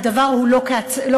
שהדבר הוא לא כצעקתה.